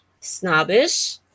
snobbish